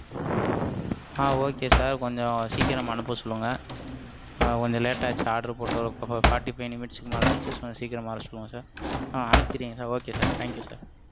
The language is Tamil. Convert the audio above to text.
ஆ ஓகே சார் கொஞ்சம் சீக்கிரம் அனுப்ப சொல்லுங்கள் கொஞ்சம் லேட்டாச்சு ஆட்ரு போட்டு ஒரு ஃபாட்டி ஃபை நிமிட்ஸ்கு மேல் ஆச்சு ஸோ சீக்கிரமாக வர சொல்லுங்க சார் ஆ அனுப்பிட்டீங்களா sir okay sir thank you sir